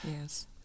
Yes